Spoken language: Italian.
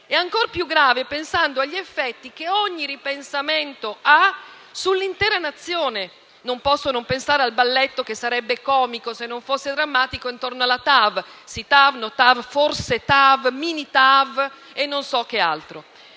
è ancor di più pensando agli effetti che ogni ripensamento ha sull'intera Nazione. Al riguardo, non posso non pensare al balletto, che sarebbe comico se non fosse drammatico intorno alla TAV (sì TAV, no TAV, forse TAV, mini TAV e non so cos'altro),